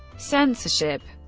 censorship